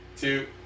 two